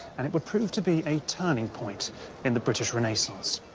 and it would prove to be a turning point in the british renaissance.